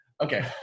Okay